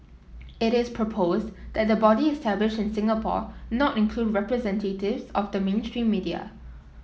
it is proposed that the body established in Singapore not include representatives of the mainstream media